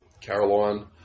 Caroline